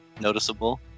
noticeable